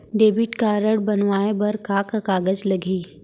Debit card बनवाये बर का का कागज लागही?